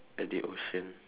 at the ocean